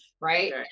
right